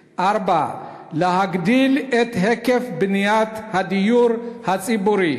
4. להגדיל את היקף בניית הדיור הציבורי,